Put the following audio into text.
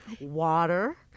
water